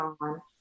on